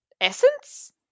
essence